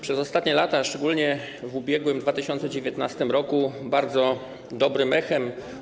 Przez ostatnie lata, szczególnie w ubiegłym 2019 r., bardzo dobrym echem.